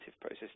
process